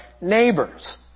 neighbors